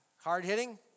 hard-hitting